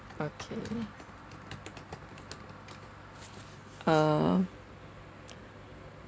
okay uh